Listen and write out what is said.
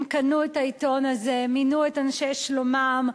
הם קנו את העיתון הזה, מינו את אנשי שלומם,